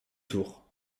tour